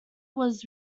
was